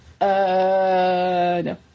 No